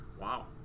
wow